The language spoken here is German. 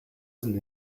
sind